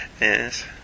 Yes